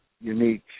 unique